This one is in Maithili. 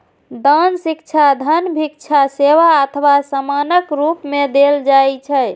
दान शिक्षा, धन, भिक्षा, सेवा अथवा सामानक रूप मे देल जाइ छै